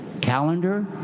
calendar